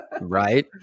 Right